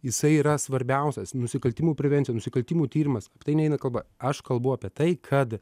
jisai yra svarbiausias nusikaltimų prevencija nusikaltimų tyrimas apie tai neina kalba aš kalbu apie tai kad